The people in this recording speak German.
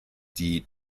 die